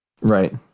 Right